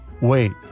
Wait